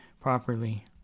properly